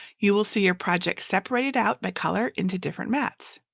you will see your project separated out by color into different mats.